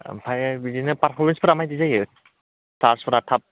ओमफ्राय बिदिनो फारफ'रमेन्सफोरा माबायदि जायो सार्जफोरा थाब